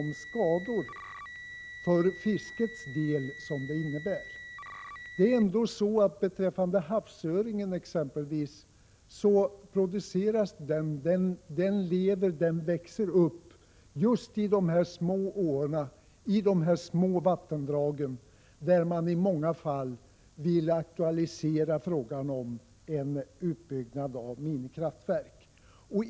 Skadorna för fiskets del har inte uppmärksammats tillräckligt. Exempelvis havsöringen växer upp i just de små åarna och vattendragen där det i många fall kan bli aktuellt med en utbyggnad av minikraftverk.